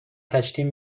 کشتیم